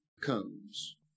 comes